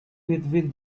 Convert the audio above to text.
between